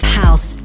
house